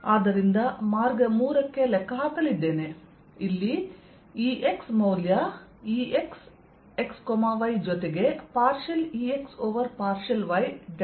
ಆದ್ದರಿಂದ ನಾನು ಮಾರ್ಗ 3 ಕ್ಕೆ ಲೆಕ್ಕ ಹಾಕಲಿದ್ದೇನೆ ಇಲ್ಲಿ Ex ಮೌಲ್ಯ Ex ಜೊತೆಗೆ partial Ex over partial y delta y ಆಗಿರುತ್ತದೆ